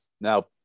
Now